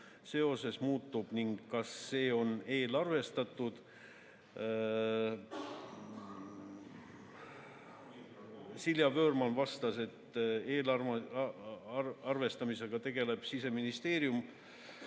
seoses muutub ning kas see on eelarvestatud. Silja Vöörmann vastas, et eelarvestamisega tegeleb Siseministeerium.